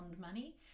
money